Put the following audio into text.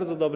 bardzo dobry.